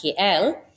KL